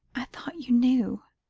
i thought you knew,